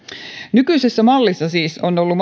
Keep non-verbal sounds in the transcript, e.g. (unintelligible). nykyisessä mallissa siis on ollut (unintelligible)